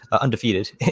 undefeated